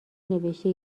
نوشته